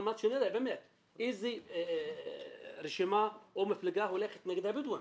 מנת שנראה רשימה או מפלגה שהולכת נגד הבדואים?